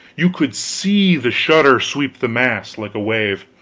you could see the shudder sweep the mass like a wave.